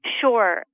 Sure